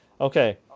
okay